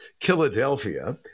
Philadelphia